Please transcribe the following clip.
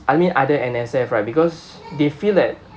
I mean other N_S_F right because they feel that